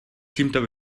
tímto